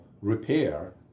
repair